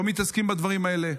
לא מתעסקים בדברים האלה.